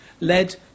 led